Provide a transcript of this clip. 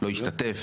לא השתתף?